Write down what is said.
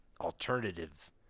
alternative